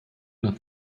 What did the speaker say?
nach